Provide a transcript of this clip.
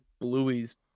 Bluey's